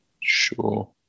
Sure